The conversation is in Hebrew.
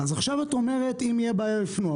אז עכשיו את אומרת: אם יש בעיה, לפנות.